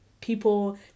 people